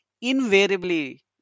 invariably